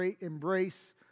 embrace